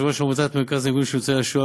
יושבת-ראש עמותת מרכז הארגונים של ניצולי השואה